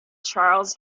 charles